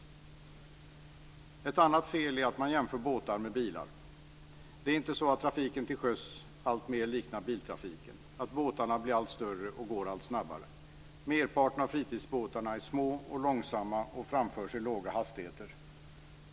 Ett annat fel är att man jämför båtar med bilar. Det är inte så att trafiken till sjöss alltmer liknar biltrafiken, att båtarna blir allt större och går allt snabbare. Merparten av fritidsbåtarna är små och långsamma och framförs i låga hastigheter.